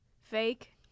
fake